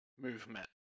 movement